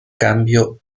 cambio